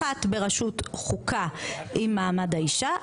אחת בראשות חוקה עם מעמד האישה,